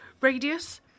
radius